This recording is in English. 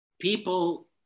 people